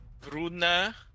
Bruna